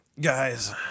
guys